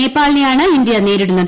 നേപ്പാളിനെയാണ് India നേരിടുന്നത്